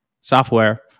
software